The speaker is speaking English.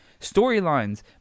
Storylines